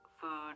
food